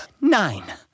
nine